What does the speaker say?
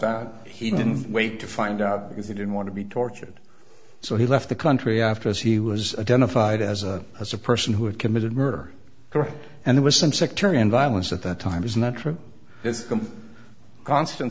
that he didn't wait to find out because he didn't want to be tortured so he left the country after as he was identified as a as a person who had committed murder and it was some sectarian violence at that time is not true this constant